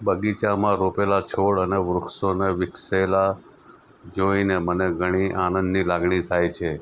બગીચામાં રોપેલા છોડ અને વૃક્ષોને વિકસેલા જોઈને મને ઘણી આનંદની લાગણી થાય છે